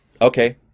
Okay